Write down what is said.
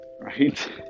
right